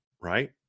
right